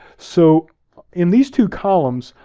so in these two columns,